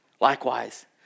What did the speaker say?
Likewise